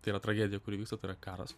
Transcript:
tai yra tragedija kuri vyksta tai yra karas